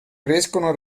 crescono